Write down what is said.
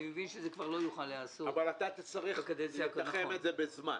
אני מבין שזה כבר לא יוכל להיעשות בקדנציה -- תצטרך לתחם את זה בזמן,